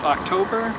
October